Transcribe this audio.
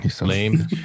Lame